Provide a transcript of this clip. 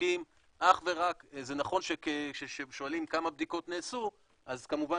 זה נכון שכששואלים כמה בדיקות נעשו אז כמובן